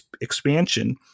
expansion